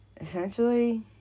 essentially